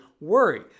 worry